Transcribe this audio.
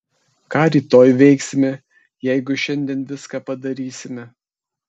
ką rytoj veiksime jeigu šiandien viską padarysime